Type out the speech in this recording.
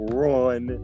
run